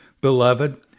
beloved